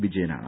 വിജയനാണ്